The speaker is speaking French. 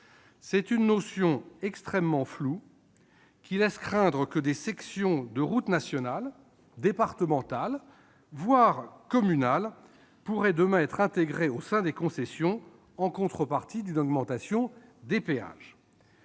C'est là une notion extrêmement floue, qui laisse craindre que des sections de routes nationales, départementales, voire communales, puissent, demain, être intégrées au sein des concessions en contrepartie d'une augmentation des péages.